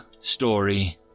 story